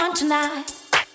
Tonight